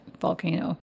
volcano